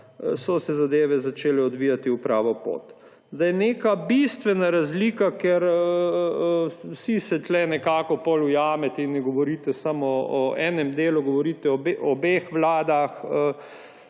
so se zadeve začele odvijati v pravo pot. Neka bistvena razlika, ker vsi se tukaj nekako potem ujamete in ne govorite samo o enem delu, govorite o obeh vladah,